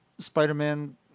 Spider-Man